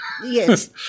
Yes